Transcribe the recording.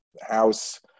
house